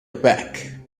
back